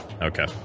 Okay